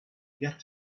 get